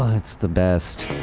ah it's the best!